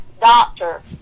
doctor